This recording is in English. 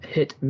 Hit